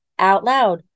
OUTLOUD